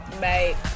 Mate